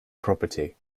property